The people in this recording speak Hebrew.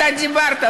אתה דיברת,